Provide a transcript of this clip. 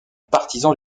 partisan